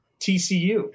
TCU